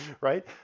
right